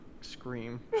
scream